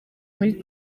muri